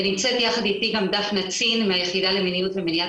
ונמצאת יחד איתי גם דפנה צין מהיחידה למיניות ומניעת